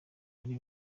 ari